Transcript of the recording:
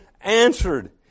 answered